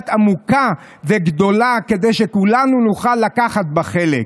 השבת עמוקה וגדולה כדי שכולנו נוכל לקחת בה חלק.